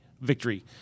victory